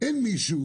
אין מישהו